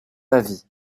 avis